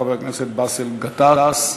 חבר הכנסת באסל גטאס.